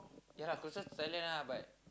ya lah closer to Thailand lah but